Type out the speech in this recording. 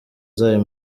zayo